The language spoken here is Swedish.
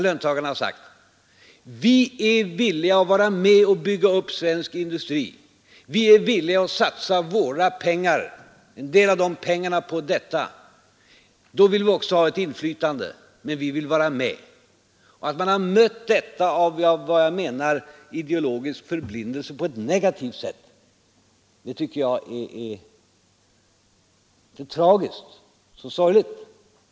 Löntagarna har sagt: Vi är villiga att vara med och bygga upp svensk industri. Vi är villiga att satsa en del av våra pengar på detta, men då vill vi också ha inflytande. Att oppositionen av ideologisk förblindelse har mött detta på ett negativt sätt tycker jag är tragiskt.